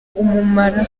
ubumara